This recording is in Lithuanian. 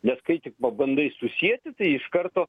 nes kai tik pabandai susieti tai iš karto